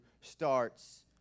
starts